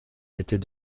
était